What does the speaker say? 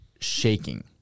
shaking